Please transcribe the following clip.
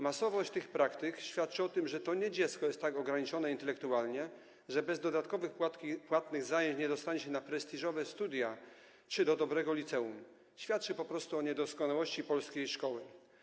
Masowość tych praktyk świadczy o tym, że to nie dziecko jest tak ograniczone intelektualnie, że bez dodatkowych płatnych zajęć nie dostanie się na prestiżowe studia czy do dobrego liceum, tylko świadczy to po prostu o niedoskonałości polskiej szkoły.